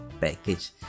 package